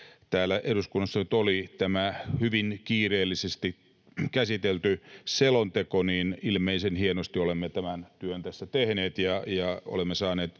täällä eduskunnassa nyt oli. Tämä oli hyvin kiireellisesti käsitelty selonteko. Ilmeisen hienosti olemme tämän työn tässä tehneet ja olemme saaneet